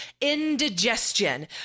indigestion